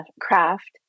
craft